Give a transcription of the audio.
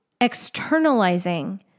externalizing